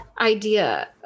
idea